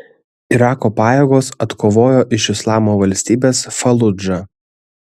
irako pajėgos atkovojo iš islamo valstybės faludžą